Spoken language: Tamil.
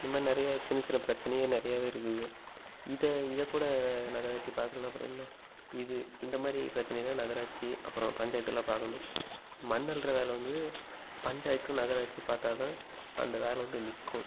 இது மாதிரி நிறையா சின்ன சின்ன பிரச்சினைக நிறையாவே இருக்குது இதை இதை கூட நகராட்சி பார்க்கலனா அப்புறம் என்ன இது இந்த மாதிரி பிரச்சினையதான் நகராட்சி அப்புறம் பஞ்சாயத்தெல்லாம் பார்க்கணும் மண் அள்ளுற வேலை வந்து பஞ்சாயத்தும் நகராட்சியும் பார்த்தாதான் அந்த வேலை வந்து நிற்கும்